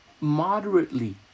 moderately